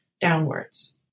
downwards